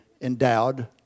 endowed